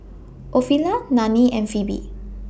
Ofelia Nannie and Phoebe